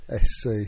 SC